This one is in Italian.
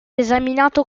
esaminato